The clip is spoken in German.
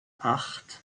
acht